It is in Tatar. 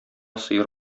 сыер